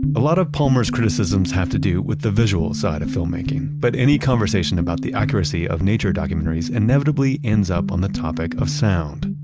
a lot of palmer's criticisms have to do with the visual side of filmmaking, but any conversation about the accuracy of nature documentaries inevitably ends up on the topic of sound.